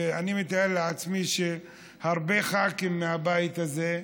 ואני מתאר לעצמי שהרבה ח"כים מהבית הזה,